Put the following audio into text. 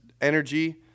energy